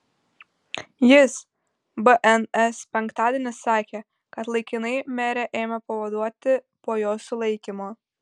jis bns penktadienį sakė kad laikinai merę ėmė pavaduoti po jos sulaikymo